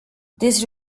this